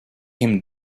him